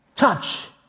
Touch